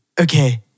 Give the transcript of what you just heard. okay